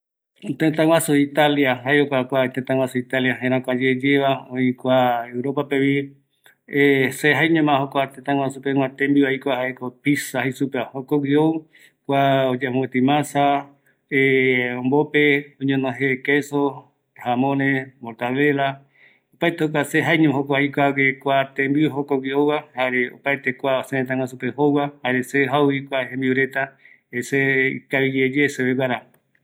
﻿Tëtä guaju italia, jae jokua tétaguasu italia jerakuä yeyeva, oï kua europa pevi se jaeñoma aikua joku tëtaguasupe tembiu jaeko Pizza jei supeva, jokogjui ou kua mopeti masa ombope oñono je keso jamone, mortadela, opaete jokua, Se jaeñoma aikuague kua tembiu, jokogui ouva jare opaete kua se rëtaguasupe jouva, jare se jauvi kua jembiureta se, ikaviyeye seveguara